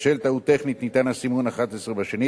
בשל טעות טכנית ניתן הסימון "(11)" בשנית.